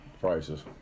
prices